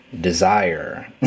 desire